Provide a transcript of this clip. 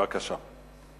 בבקשה.